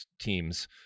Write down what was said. teams